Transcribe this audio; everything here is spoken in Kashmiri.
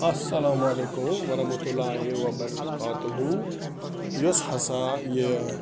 اَسلامُ علیکُم ورحمتہ اللہ وبركاتہوٗ یۄس ہسا یہِ